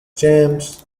james